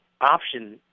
option